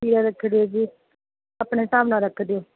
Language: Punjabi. ਤੀਰਾ ਰੱਖ ਦਿਓ ਜੀ ਆਪਣੇ ਹਿਸਾਬ ਨਾਲ ਰੱਖ ਦਿਓ